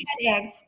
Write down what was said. eggs